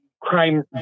crime